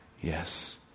Yes